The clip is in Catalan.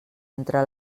entre